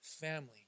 family